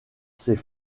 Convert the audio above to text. c’est